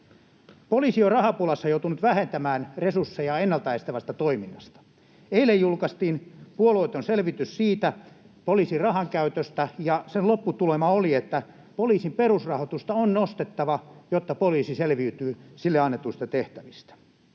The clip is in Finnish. Poliisi on rahapulassa joutunut vähentämään resursseja ennalta estävästä toiminnasta. Eilen julkaistiin puolueeton selvitys poliisin rahankäytöstä, ja sen lopputulema oli, että poliisin perusrahoitusta on nostettava, jotta poliisi selviytyy sille annetuista tehtävistä.